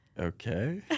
Okay